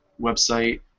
website